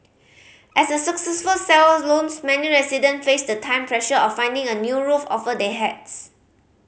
as a successful sale looms many resident face the time pressure of finding a new roof over their heads